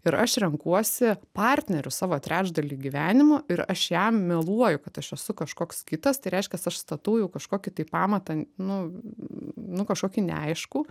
ir aš renkuosi partneriu savo trečdalį gyvenimu ir aš jam meluoju kad aš esu kažkoks kitas tai reiškias aš statau jau kažkokį tai pamatą nu nu kažkokį neaiškų